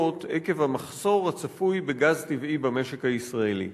עקב המחסור הצפוי בגז טבעי במשק הישראלי?